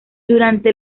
durante